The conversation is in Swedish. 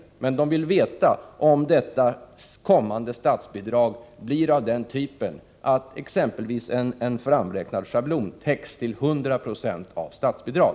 Kommunerna vill veta om det kommande statsbidraget blir av den typen, att exempelvis en framräknad schablonkostnad täcks till 100 20 av statsbidrag.